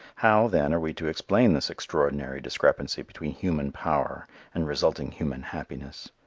how, then, are we to explain this extraordinary discrepancy between human power and resulting human happiness?